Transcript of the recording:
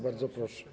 Bardzo proszę.